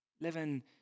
living